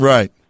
Right